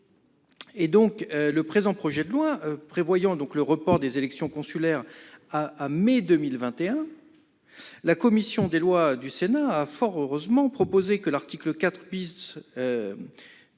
2020. Le présent projet de loi prévoyant le report des élections consulaires à mai 2021, la commission des lois du Sénat a fort heureusement proposé, à l'article 4, de